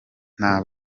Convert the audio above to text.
nta